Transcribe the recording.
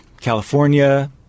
California